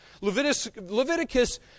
Leviticus